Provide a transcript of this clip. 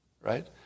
right